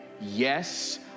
Yes